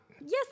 Yes